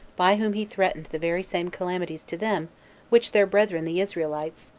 by whom he threatened the very same calamities to them which their brethren the israelites,